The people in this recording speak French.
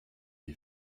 est